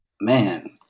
Man